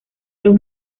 los